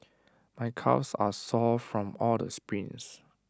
my calves are sore from all the sprints